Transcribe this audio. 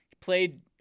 played